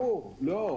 לא.